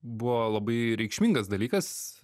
buvo labai reikšmingas dalykas